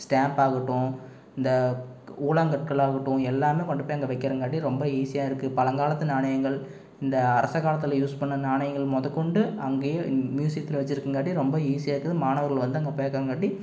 stamp ஆகட்டும் இந்த கூழாங்கற்கள் ஆகட்டும் எல்லாமே கொண்டு போய் அங்கே வைக்கிறங்காட்டி ரொம்ப ஈஸியாக இருக்குது பழங்காலத்து நாணயங்கள் இந்த அரச காலத்தில் யூஸ் பண்ண நாணயங்கள் முதக்கொண்டு அங்கே மியூசியத்தில் வச்சிருக்கங்காட்டி ரொம்ப ஈஸியாக இருக்குது மாணவர்கள் வந்து அங்கே பார்க்கங்காட்டி